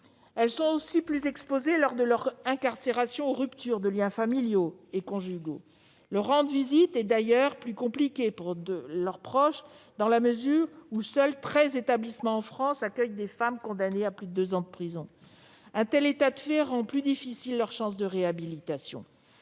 Elles sont aussi plus exposées, lors de leur incarcération, aux ruptures de liens familiaux ou conjugaux. Les visites sont plus compliquées pour leurs proches dans la mesure où seuls treize établissements en France accueillent des femmes condamnées à plus de deux ans de prison. Un tel état de fait rend plus difficiles leurs chances de réhabilitation.